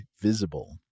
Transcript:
Visible